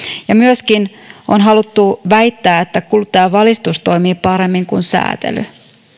myöskin on haluttu väittää että kuluttajavalistus toimii paremmin kuin sääntely